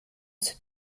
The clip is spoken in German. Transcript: zur